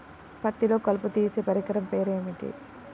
పత్తిలో కలుపు తీసే పరికరము పేరు చెప్పండి